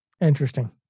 Interesting